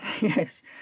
yes